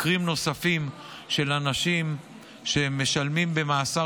מקרים נוספים של אנשים שמשלמים במאסר